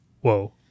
whoa